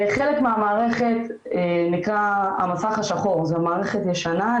חלק מהמערכת נקרא 'המסך השחור' זו מערכת ישנה,